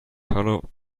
hollow